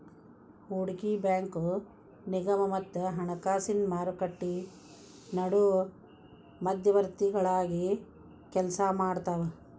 ಹೂಡಕಿ ಬ್ಯಾಂಕು ನಿಗಮ ಮತ್ತ ಹಣಕಾಸಿನ್ ಮಾರುಕಟ್ಟಿ ನಡು ಮಧ್ಯವರ್ತಿಗಳಾಗಿ ಕೆಲ್ಸಾಮಾಡ್ತಾವ